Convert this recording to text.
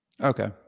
okay